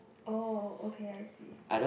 oh okay I see